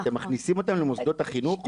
אתם מכניסים אותם למוסדות החינוך?